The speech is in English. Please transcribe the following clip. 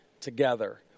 together